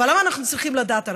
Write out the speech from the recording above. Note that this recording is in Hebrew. אבל למה אנחנו צריכים לדעת ערבית,